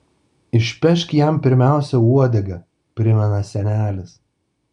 išpešk jam pirmiausia uodegą primena senelis